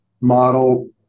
model